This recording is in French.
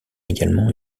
également